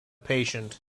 patient